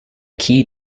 key